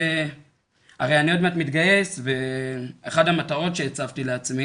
הרי אני עוד מעט מתגייס ואחת המטרות שהצבתי לעצמי